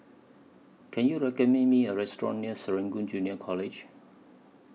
Can YOU recommend Me A Restaurant near Serangoon Junior College